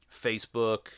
Facebook